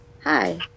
Hi